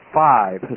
five